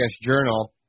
journal